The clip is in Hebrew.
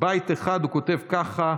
ובית אחד הוא כותב ככה: